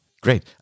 Great